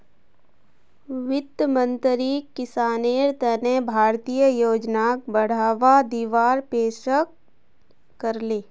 वित्त मंत्रीक किसानेर तने भारतीय योजनाक बढ़ावा दीवार पेशकस करले